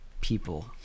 people